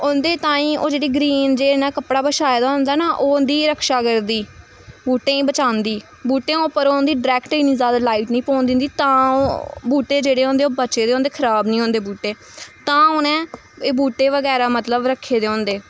उं'दे ताईं ओह् जेह्ड़े ग्रीन जेह् न कपड़ा बछाए दा होंदा ना ओह् उं'दी रक्षा करदी बहूटें गी बचांदी बूह्टें उप्पर ओह् उं'दी डरैक्ट इन्नी जैदा लाइट निं पौन दिंदी तां ओह् बहूटे जेह्ड़े होंदे ओह् बचे दे होंदे खराब निं होंदे बूह्टे तां उ'नें एह् बूह्टे बगैरा मतलब रक्खे दे होंदे